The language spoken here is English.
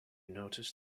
notice